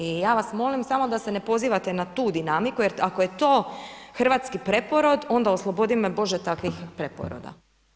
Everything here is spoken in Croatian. I ja vas molim samo da se ne pozivate na tu dinamiku, jer ako je to hrvatski preporod, onda oslobodi me Bože takvih preporoda.